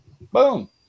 Boom